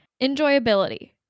Enjoyability